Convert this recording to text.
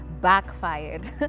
backfired